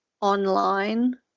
online